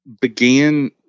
began